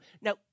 Now